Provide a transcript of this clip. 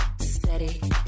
steady